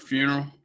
Funeral